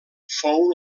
fou